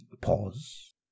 pause